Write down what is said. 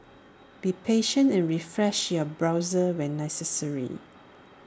be patient and refresh your browser when necessary